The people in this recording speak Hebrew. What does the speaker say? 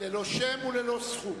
ללא שם וללא סכום: